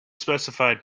specified